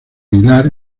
aguilar